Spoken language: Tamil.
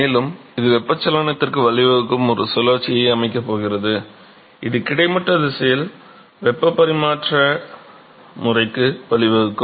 மேலும் இது வெப்பச்சலனத்திற்கு வழிவகுக்கும் ஒரு சுழற்சியை அமைக்கப் போகிறது இது கிடைமட்ட திசையில் வெப்பப் பரிமாற்ற முறைக்கு வழிவகுக்கும்